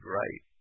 right